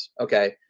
Okay